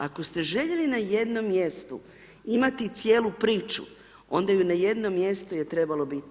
Ako ste željeli na jednom mjestu imati cijelu priču, onda ju na jednom mjestu je trebalo bilo.